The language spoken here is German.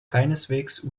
keineswegs